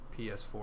PS4